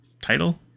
title